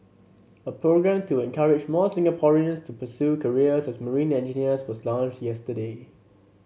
a programme to encourage more Singaporeans to pursue careers as marine engineers was launched yesterday